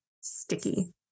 sticky